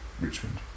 Richmond